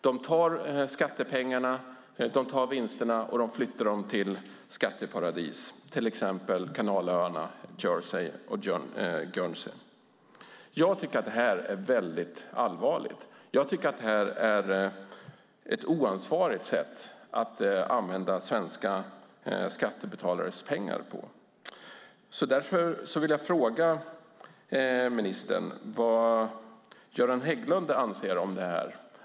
De tar skattepengarna, och de tar vinsterna och flyttar dem till skatteparadis, till exempel kanalöarna Jersey och Guernsey. Jag tycker att det är väldigt allvarligt. Jag tycker att det är ett oansvarigt sätt att använda svenska skattebetalares pengar på. Därför vill jag fråga vad Göran Hägglund anser om detta.